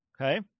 Okay